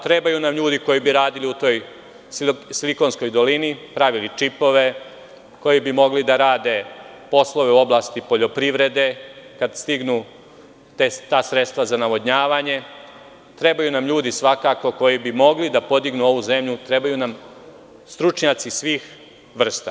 Trebaju nam ljudi koji bi radili u silikonskoj dolini, pravili čipove, koji bi mogli da rade poslove u oblasti poljoprivrede kada stignu ta sredstva za navodnjavanje, ljudi koji bi mogli da podignu ovu zemlju, stručnjaci svih vrsta.